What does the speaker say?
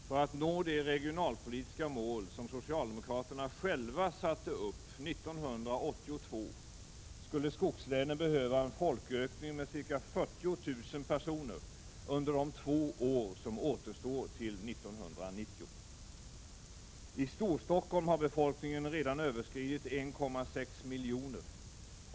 För att nå de regionalpolitiska mål som socialdemokraterna själva satte upp 1982 skulle skogslänen behöva en folkökning med ca 40 000 personer under de två år som återstår till 1990. I Storstockholm har befolkningen redan överskridit 1,6 miljoner.